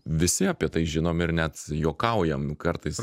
visi apie tai žinome ir net juokaujam kartais